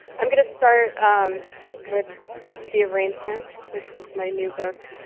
i'm going to start with the arrangements, which is my new book,